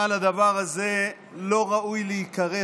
אבל הדבר הזה לא ראוי להיקרא חוק,